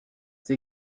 sie